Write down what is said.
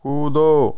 कूदो